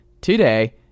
Today